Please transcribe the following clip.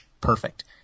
perfect